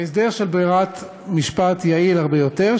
ההסדר של ברירת משפט יעיל הרבה יותר,